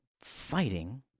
fighting